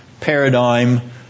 paradigm